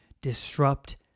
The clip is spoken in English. disrupt